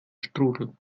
strudel